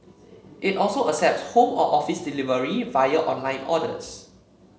it also accepts home or office delivery via online orders